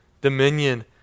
dominion